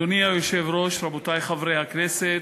אדוני היושב-ראש, חברי הכנסת,